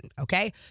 okay